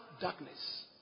darkness